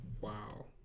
Wow